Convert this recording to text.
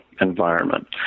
environment